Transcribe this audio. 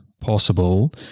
possible